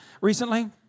recently